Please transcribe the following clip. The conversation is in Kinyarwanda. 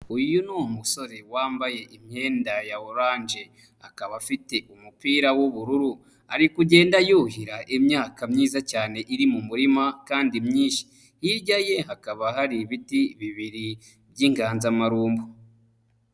Uyu ni umusore wambaye imyenda ya oranje. Akaba afite umupira w'ubururu. Arikugenda yuhira imyaka myiza cyane iri mu murima kandi myinshi. Hirya ye hakaba hari ibiti bibiri by'inganzamarumbo.